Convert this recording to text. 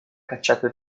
cacciato